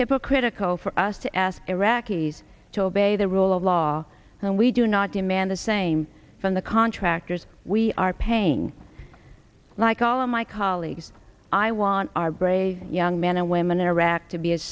hypocritical for us to ask iraqis to obey the rule of law and we do not demand the same from the contractors we are paying like all of my colleagues i want our brave young men and women in iraq to be as